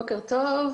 בוקר טוב.